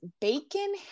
bacon